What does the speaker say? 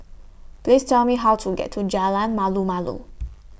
Please Tell Me How to get to Jalan Malu Malu